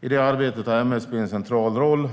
I det arbetet har MSB en central roll.